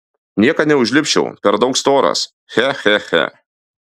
niekad neužlipčiau per daug storas che che che